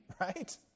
right